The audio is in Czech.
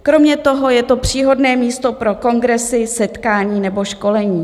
Kromě toho je to příhodné místo pro kongresy, setkání nebo školení.